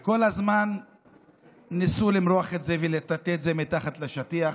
כל הזמן ניסו למרוח את זה ולטאטא את זה מתחת לשטיח,